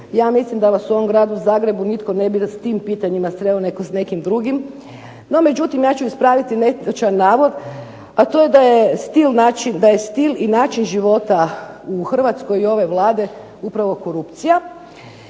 Ja mislim da vas u ovom gradu Zagrebu nitko ne bi s tim pitanjima sreo nego s nekim drugim. No međutim, ja ću ispraviti netočan navod, a to je da je stil i način života u Hrvatskoj i ove Vlade upravo korupcija.